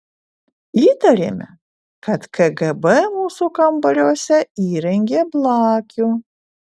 įtarėme kad kgb mūsų kambariuose įrengė blakių